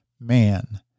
man